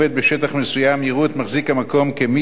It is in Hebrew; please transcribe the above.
יראו את מחזיק המקום כמי שמעסיק אותו,